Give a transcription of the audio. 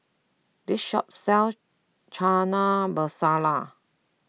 this shop sells Chana Masala